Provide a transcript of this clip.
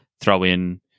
throw-in